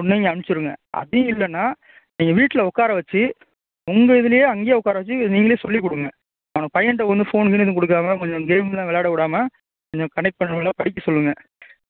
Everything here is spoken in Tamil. ஒன்று இங்கே அனுப்ச்சுவிடுங்க அப்படியும் இல்லைன்னா நீங்கள் வீட்டில் உட்கார வச்சு உங்கள் இதுலையே அங்கேயே உட்கார வச்சு நீங்களே சொல்லி கொடுங்க உங்கள் பையன்கிட்ட ஒன்று ஃபோன் கீன்னு ஏதுவும் கொடுக்காம கொஞ்சம் கேம்லாம் விளையாட விடாம கொஞ்சம் கண்டக்ட் பண்ணுறதுல படிக்க சொல்லுங்கள்